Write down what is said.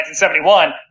1971